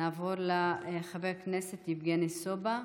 נעבור לחבר הכנסת יבגני סובה,